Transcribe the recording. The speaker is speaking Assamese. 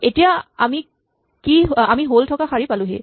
এতিয়া আমি হল থকা শাৰী পালোহি